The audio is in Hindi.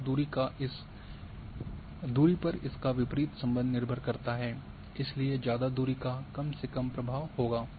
तो दूरी पर इसका विपरीत संबंध निर्भर करता है इसलिए ज्यादा दूरी का कम से कम प्रभाव होगा